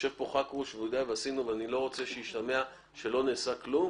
יושב כאן חכרוש ואני לא רוצה שישתמע שלא נעשה כלום